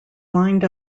lined